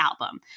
album